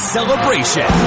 Celebration